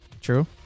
True